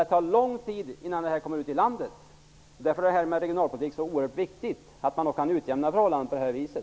Det tar däremot lång tid ute i landet. Därför är det oerhört viktigt att man genom regionalpolitiken kan utjämna förhållandena på det här viset.